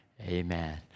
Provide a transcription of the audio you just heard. Amen